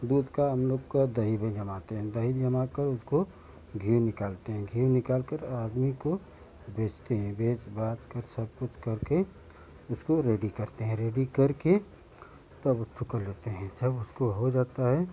दूध की हम लोग की दही भी जमाते हैं दही जमा कर उसको घी निकालते हैं घी निकाल कर आदमी को बेचते हैं बेच बाच कर सब कुछ कर के उसको रेडी करते हैं रेडी कर के तब चुकल होते हैं जब उसको हो जाता है